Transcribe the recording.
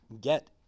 get